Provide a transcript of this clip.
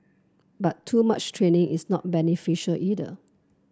but too much training is not beneficial either